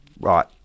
right